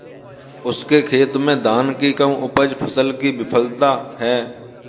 उसके खेत में धान की कम उपज फसल की विफलता है